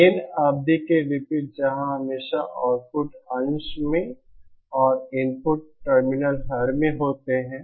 gain अवधि के विपरीत जहां आप हमेशा आउटपुट अंश में और इनपुट टर्मिनल हर में होते हैं